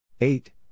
Eight